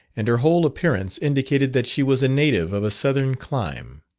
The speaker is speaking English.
and her whole appearance indicated that she was a native of a southern clime.